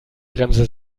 bremse